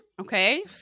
Okay